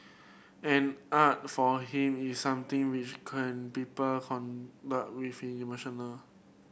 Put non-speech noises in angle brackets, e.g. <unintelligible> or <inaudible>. and art for him is something which can people <unintelligible> with emotional